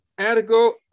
Ergo